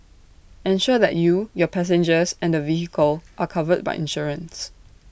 ensure that you your passengers and the vehicle are covered by insurance